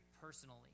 personally